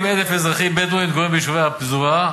ו-90,000 אזרחים בדואים מתגוררים ביישובי הפזורה,